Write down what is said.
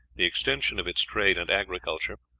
the extension of its trade and agriculture,